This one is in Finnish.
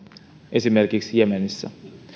esimerkiksi jemenissä